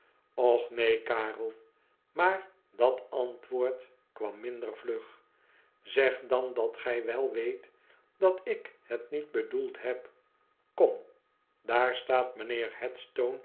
och neen karel maar dat antwoord kwam minder vlug zeg dan dat gij wel weet dat ik het niet bedoeld heb kom daar staat